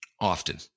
often